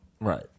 right